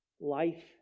life